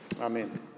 Amen